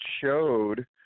showed